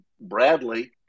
Bradley